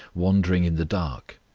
wandering in the dark,